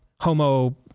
homo